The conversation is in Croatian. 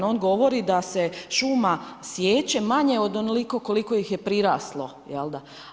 On govori da se šuma siječe manje od onoliko koliko ih je priraslo, jelda.